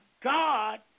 God